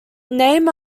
name